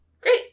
Great